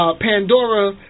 Pandora